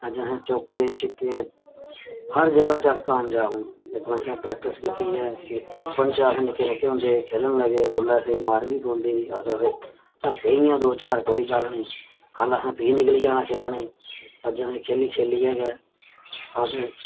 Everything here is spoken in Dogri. अज्ज असें चौके छक्के हर जगह च अस कामजाब आं लेकिन असें प्रैक्टिस कीती ऐ बचपन च असें निक्के निक्के होंदे खेलन लगे उल्लै असेंगी मारी बी पौंदी ही अस ओह् चल पेई गेइयां दो चार कोई गल्ल निं कल असें फ्ही निकली जाना खेलने गी अज्ज असें खेली खेलियै गै अस